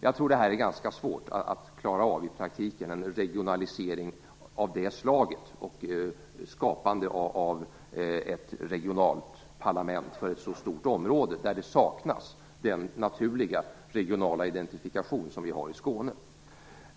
Jag tror att det i praktiken är ganska svårt att klara en regionalisering av det slaget och skapandet av ett regionalt parlament för ett så stort område, som saknar den naturliga regionala identifikation som vi har i Skåne.